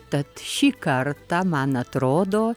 tad šį kartą man atrodo